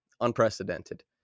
Unprecedented